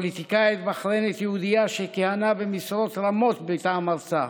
פוליטיקאית בחריינית יהודייה שכיהנה במשרות רמות מטעם ארצה,